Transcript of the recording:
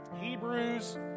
Hebrews